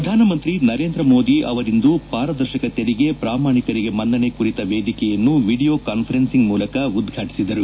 ಪ್ರಧಾನಮಂತ್ರಿ ನರೇಂದ್ರ ಮೋದಿ ಅವರಿಂದು ಪಾರದರ್ತಕ ತೆರಿಗೆ ಪ್ರಾಮಾಣಿಕರಿಗೆ ಮನ್ನಣೆ ಕುರಿತ ವೇದಿಕೆಯನ್ನು ವೀಡಿಯೊ ಕಾನ್ವರೆನ್ಸಿಂಗ್ ಮೂಲಕ ಉದ್ವಾಟಿಸಿದರು